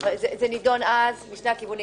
זה נידון אז לשני הכיוונים,